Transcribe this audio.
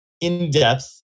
in-depth